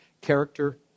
character